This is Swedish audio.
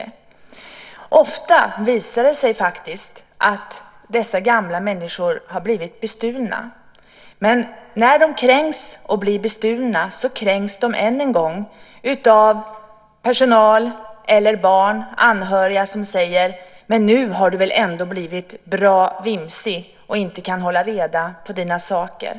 Ofta visar det sig faktiskt att dessa gamla människor har blivit bestulna. När de kränkts genom att bli bestulna kränks de än en gång av personal eller barn eller anhöriga som säger: Nu har du väl ändå blivit bra vimsig, när du inte kan hålla reda på dina saker!